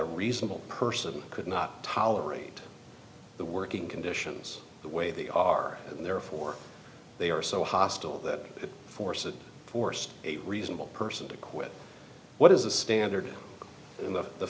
a reasonable person could not tolerate the working conditions the way they are and therefore they are so hostile that it forces forced a reasonable person to quit what is the standard in the the